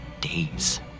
days